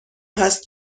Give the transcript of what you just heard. هست